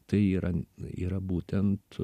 tai yra yra būtent